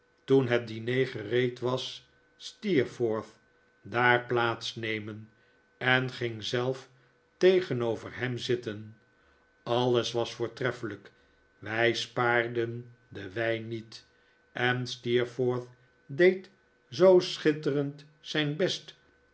toen het diner gereed was steerforth daar plaats nemen en ging zelf tegenover hem zitten alles was voortreffelijk wij spaarden den wijn niet en steerforth deed zoo schitterend zijn best